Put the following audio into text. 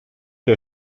der